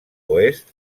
oest